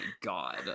god